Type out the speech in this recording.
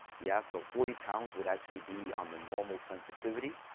yeah so forty pounds would actually be on the normal sensitivity.